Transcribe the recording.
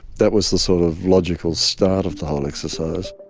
that was the sort of logical start of the whole exercise.